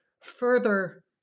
further